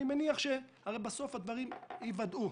אני מניח שבסוף הדברים ייוודעו,